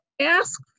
ask